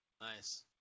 nice